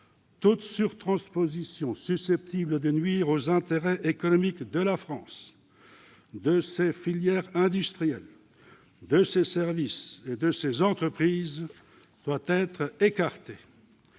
toute surtransposition susceptible de nuire aux intérêts économiques de la France, de ses filières industrielles, de ses services et de ses entreprises doit être écartée.